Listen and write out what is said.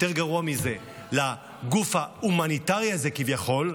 יותר גרוע מזה, לגוף ההומניטרי הזה, כביכול,